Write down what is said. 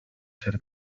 ser